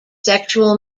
sexual